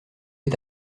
est